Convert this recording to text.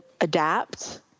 adapt